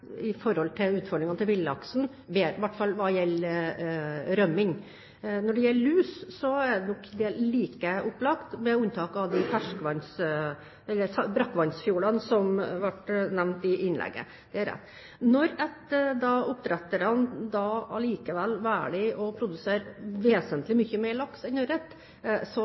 hvert fall hva gjelder rømming. Når det gjelder lus, er det nok ikke like opplagt, med unntak av de brakkvannsfjordene som ble nevnt i innlegget. Det er rett. Når oppdretterne likevel velger å produsere vesentlig mye mer laks enn